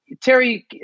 Terry